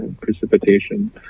precipitation